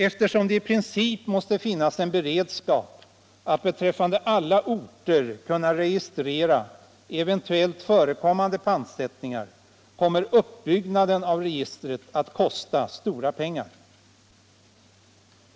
Eftersom det i princip måste finnas en beredskap att beträffande alla orter kunna registrera eventuellt förekommande pantsättningar, kommer uppbyggnaden av registret att kosta stora pengar.